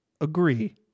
agree